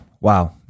Wow